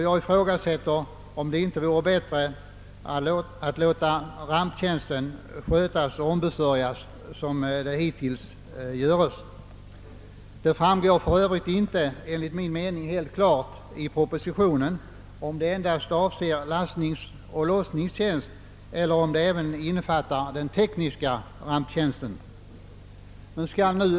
Jag ifrågasätter om det inte vore bättre att låta ramptjänsten skötas på samma sätt som hittills. Det framgår för övrigt inte helt klart av propositionen om endast lastningsoch lossningstjänst avses eller om även den tekniska ramptjänsten innefattas i detta begrepp.